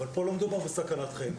אבל פה לא מדובר בסכנת חיים.